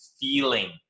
feeling